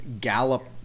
gallop